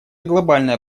глобальная